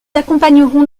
accompagnerons